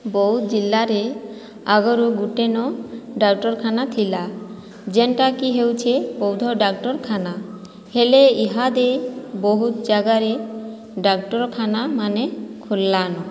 ବଉଦ ଜିଲ୍ଲାରେ ଆଗରୁ ଗୁଟେ ନ ଡାକ୍ଟରଖାନା ଥିଲା ଯେନ୍ଟାକି ହେଉଛେ ବୌଦ୍ଧ ଡାକ୍ଟରଖାନା ହେଲେ ଇହାଦେ ବହୁତ ଜାଗାରେ ଡାକ୍ଟରଖାନା ମାନେ ଖୋଲ୍ଲା ନ